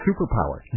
superpower